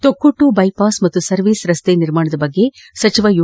Thokkottu bypass ಹಾಗೂ service ರಸ್ತೆ ನಿರ್ಮಾಣದ ಬಗ್ಗೆ ಸಚಿವ ಯು